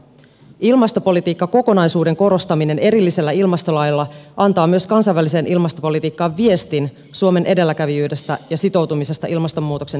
ilmastopolitiikkakokonaisuuden korostaminen erillisellä ilmastolailla antaa myös kansainväliseen ilmastopolitiikkaan viestin suomen edelläkävijyydestä ja sitoutumisesta ilmastonmuutoksen hillitsemiseen